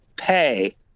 pay